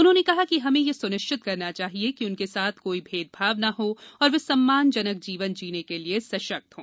उन्होंने कहा कि हमें यह स्निश्चित करना चाहिए कि उनके साथ कोई भेदभाव न हो और वे सम्मान जनक जीवन जीने के लिए सशक्त हों